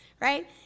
right